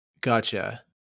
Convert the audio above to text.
Gotcha